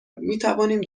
میتوانیم